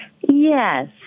Yes